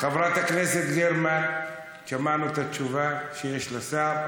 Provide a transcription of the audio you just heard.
חברת הכנסת גרמן, שמענו את התשובה שיש לשר.